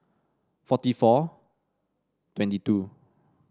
forty four twenty two